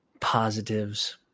positives